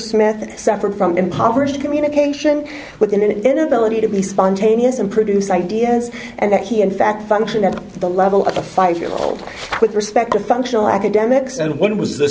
smith suffered from impoverished communication within an inability to be spontaneous and produce ideas and that he in fact function at the level of a five year old with respect to functional academics and when was th